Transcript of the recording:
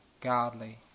godly